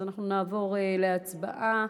אז אנחנו נעבור להצבעה,